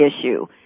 issue